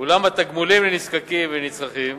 אולם התגמולים לנזקקים ולנצרכים